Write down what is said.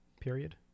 period